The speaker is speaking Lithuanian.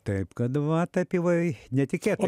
taip kad va taip vai netikėtai